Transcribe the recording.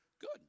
good